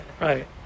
right